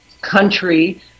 country